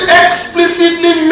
explicitly